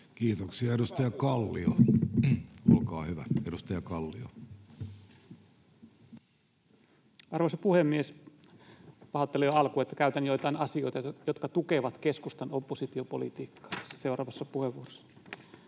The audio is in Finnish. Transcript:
Kiitoksia. — Edustaja Kallio, olkaa hyvä. Arvoisa puhemies! Pahoittelen jo alkuun, että totean joitain asioita, jotka tukevat keskustan oppositiopolitiikkaa, tässä seuraavassa puheenvuorossani.